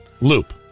loop